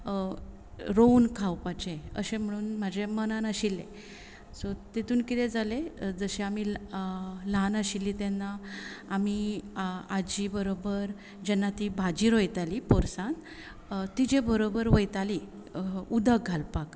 रोवून खावपाचें अशें म्हणून म्हजे मनान आशिल्लें सो तातून कितें जालें जशें आमी ल्हान आशिल्लीं तेन्ना आमी आजी बरोबर जेन्ना ती भाजी रोयताली पोरसांत तिजे बरोबर वयताली उदक घालपाक